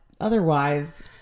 otherwise